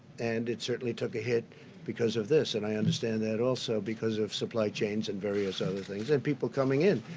and it certainly took a hit because of this. and i understand that also because of supply chains and various other things, and people coming in.